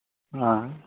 ᱦᱮᱸ